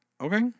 okay